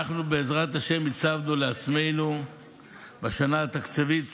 ואנחנו, בעזרת השם, הצבנו לעצמנו בשנה התקציבית